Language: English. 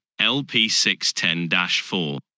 LP610-4